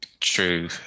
true